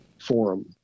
Forum